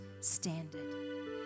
standard